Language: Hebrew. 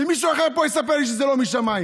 שמישהו אחר פה יספר לי שזה לא משמיים.